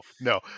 no